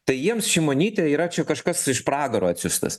tai jiems šimonytė yra čia kažkas iš pragaro atsiųstas